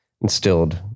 instilled